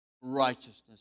righteousness